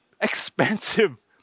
expensive